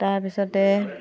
তাৰ পিছতে